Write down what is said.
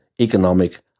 economic